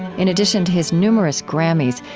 in addition to his numerous grammys,